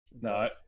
no